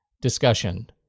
discussion